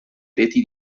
reti